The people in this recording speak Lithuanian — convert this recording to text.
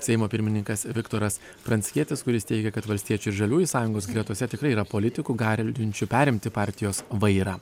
seimo pirmininkas viktoras pranckietis kuris teigia kad valstiečių ir žaliųjų sąjungos gretose tikrai yra politikų gar linčių perimti partijos vairą